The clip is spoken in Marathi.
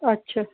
अच्छा